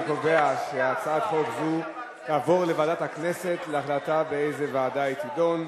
אני קובע שהצעת חוק זו תועבר לוועדת הכנסת להחלטה באיזו ועדה היא תידון.